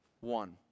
One